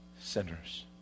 sinners